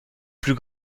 plus